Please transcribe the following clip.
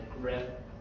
grip